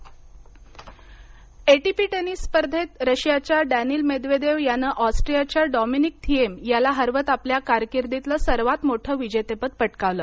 ATP tennis ATP tennis स्पर्धेत रशियाच्या Daniil Medvedev यानं ऑस्ट्रीयाच्या डॉमिनिक थीएम याला हरवत आपल्या कारकीर्दीतलं सर्वात मोठं विजेतेपद पटकावलं